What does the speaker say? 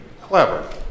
clever